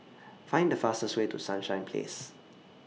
Find The fastest Way to Sunshine Place